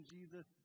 Jesus